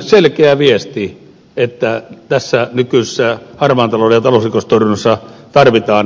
selkeä viesti että tässä nykyisessä harmaan talouden ja talousrikostorjunnassa tarvitaan enemmän tekoja